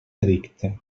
edicte